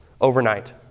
overnight